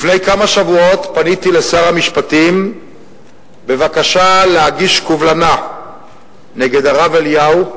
לפני כמה שבועות פניתי אל שר המשפטים בבקשה להגיש קובלנה נגד הרב אליהו,